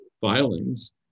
filings